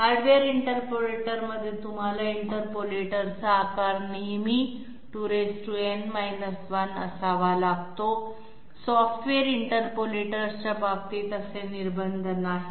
hardware interpolator मध्ये तुम्हाला इंटरपोलेटरचा आकार नेहमी 2n 1 असावा लागतो सॉफ्टवेअर इंटरपोलेटर्सच्या बाबतीत असे निर्बंध नाहीत